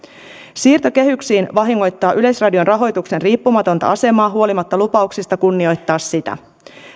siirto kehyksiin vahingoittaa yleisradion rahoituksen riippumatonta asemaa huolimatta lupauksista kunnioittaa sitä